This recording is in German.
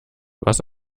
was